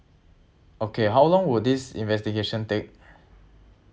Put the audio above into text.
okay how long would this investigation take